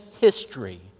history